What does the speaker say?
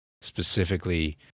specifically